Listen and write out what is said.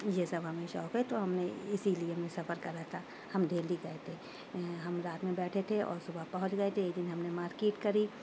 یہ سب ہمیں شوق ہے تو ہم نے اسی لیے ہم نے سفر کرا تھا ہم دہلی گئے تھے ہم رات میں بیٹھے تھے اور صبح پہنچ گئے تھے ایک دن ہم نے مارکیٹ کری